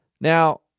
Now